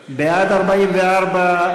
בעד, 44,